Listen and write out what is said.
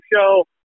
show